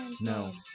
no